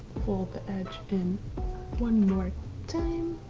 fold the edge in one more time